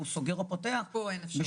סוגר או פותח את העסק שלו.